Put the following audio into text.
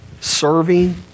Serving